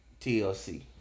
TLC